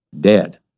dead